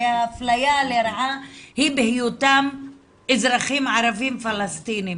הרי האפליה לרעה היא בהיותם אזרחים ערבים פלשתינים